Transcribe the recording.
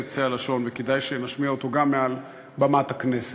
קצה הלשון וכדאי שנשמיע אותו גם מעל במת הכנסת: